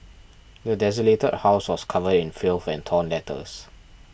the desolated house was covered in filth and torn letters